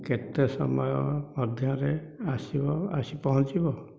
କେତେ ସମୟ ମଧ୍ୟରେ ଆସିବ ଆସି ପହଞ୍ଚିବ